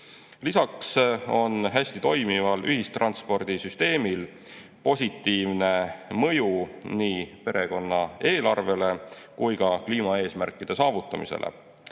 Lisaks on hästi toimival ühistranspordisüsteemil positiivne mõju nii perekonna eelarvele kui ka kliimaeesmärkide saavutamisele.